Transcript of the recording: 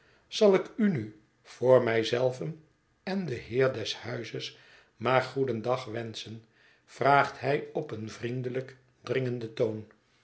zal ik u nu voor mij zelven en den heer des huizes maar goedendag wenschen vraagt hij op een vriendelijk dringenden toon